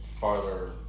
farther